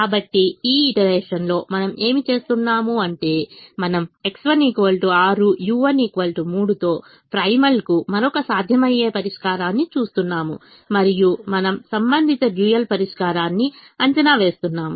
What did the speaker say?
కాబట్టి ఈ ఈటరేషన్ లో మనం ఏమి చేస్తున్నాము అంటే మనం X1 6 u1 3 తో ప్రైమల్కు మరొక సాధ్యమయ్యే పరిష్కారాన్ని చూస్తున్నాము మరియు మనం సంబంధిత డ్యూయల్ పరిష్కారాన్ని అంచనా వేస్తున్నాము